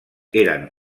eren